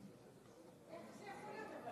איך זה יכול להיות?